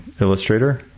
Illustrator